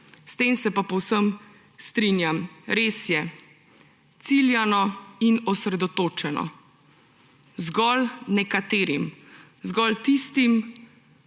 S tem se pa povsem strinjam. Res je, ciljano in osredotočeno: zgolj nekaterim, zgolj tistim,